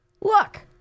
Look